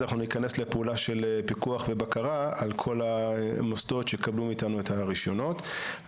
ניכנס לפעולה של פיקוח ובקרה על כל המוסדות שיקבלו מאתנו את הרישיונות.